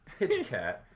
Hitchcat